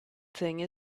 thing